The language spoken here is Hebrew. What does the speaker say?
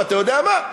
ואתה יודע מה?